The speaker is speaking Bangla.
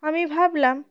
আমি ভাবলাম